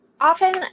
Often